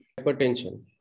hypertension